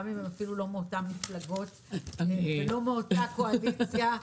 גם אם לא מאותם מפלגות ולא מאותה קואליציה.